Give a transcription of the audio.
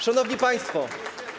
Szanowni Państwo!